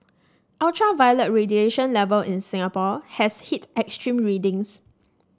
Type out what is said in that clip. ultraviolet radiation level in Singapore has hit extreme readings